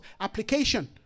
application